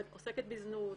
עוסקת בזנות,